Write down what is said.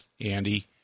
Andy